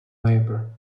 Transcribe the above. labor